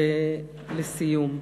ולסיום: